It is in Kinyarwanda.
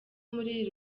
muri